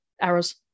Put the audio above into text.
Arrows